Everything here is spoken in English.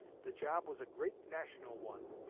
the job was a great national one,